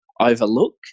overlook